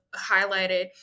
highlighted